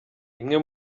imwe